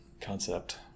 concept